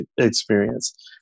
experience